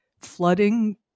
flooding